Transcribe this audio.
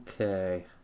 Okay